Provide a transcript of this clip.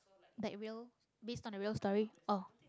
like real based on a real story oh